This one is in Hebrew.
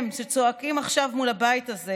הם שצועקים עכשיו מול הבית הזה,